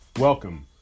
Welcome